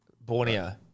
borneo